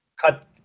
cut